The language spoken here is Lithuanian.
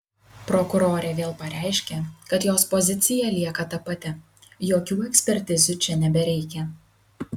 prokurorė vėl pareiškė kad jos pozicija lieka ta pati jokių ekspertizių čia nebereikia